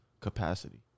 capacity